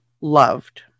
loved